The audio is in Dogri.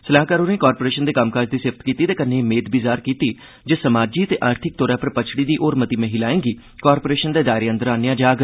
सलाहकार होरें कारपोरेशन दे कम्मकाज दी सराहना कीती ते कन्नौ एह् मेद बी जाहर कीती जे समाजी ते आर्थिक तौर पर पच्छड़ी दी होर मती महिलाएं गी कारपोरेशन दे दायरे अंदर आहन्नेआ जाग